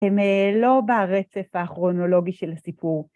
הם לא ברצף הכרונולוגי של הסיפור.